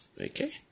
Okay